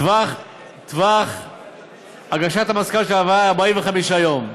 טווח הגשת המסקנות של הוועדה, 45 יום.